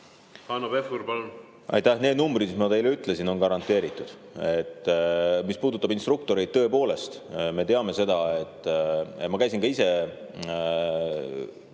palun! Need numbrid, mis ma teile ütlesin, on garanteeritud. Mis puudutab instruktoreid, siis tõepoolest, me teame seda. Ma käisin ka ise